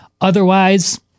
Otherwise